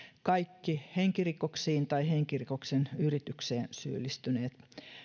kaikki henkirikokseen tai henkirikoksen yritykseen syyllistyneet